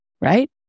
right